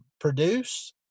produce